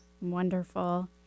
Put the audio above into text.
wonderful